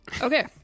okay